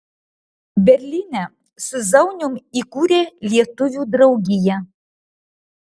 berlyne su zaunium įkūrė lietuvių draugiją